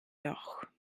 doch